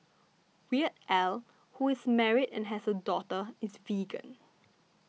Weird Al who is married and has a daughter is vegan